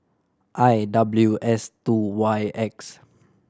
I W S two Y X